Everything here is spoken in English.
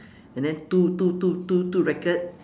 and then two two two two two racket